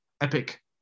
epic